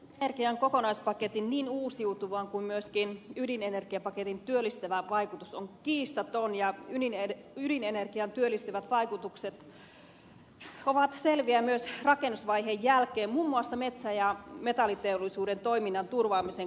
energian kokonaispaketin niin uusiutuvan kuin myöskin ydinenergiapaketin työllistävä vaikutus on kiistaton ja ydinenergian työllistävät vaikutukset ovat selviä myös rakennusvaiheen jälkeen muun muassa metsä ja metalliteollisuuden toiminnan turvaamisen kautta